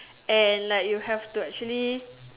and like you have to actually